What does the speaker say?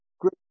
Great